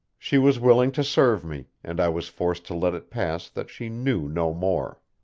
she was willing to serve me, and i was forced to let it pass that she knew no more.